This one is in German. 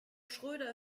schröder